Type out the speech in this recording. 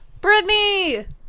britney